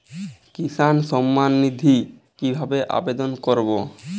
কিষান সম্মাননিধি কিভাবে আবেদন করব?